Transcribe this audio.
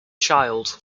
child